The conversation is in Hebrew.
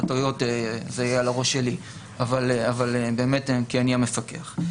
זה יהיה על הראש שלי כי אני המפקח.